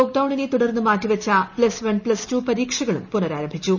Covid ലോക്ഡൌണിനെ തുടർന്ന് മാറ്റിവെച്ച പ്തസ് വൺ പ്ലസ് ടു പരീക്ഷകളും പുനരാരംഭിച്ചു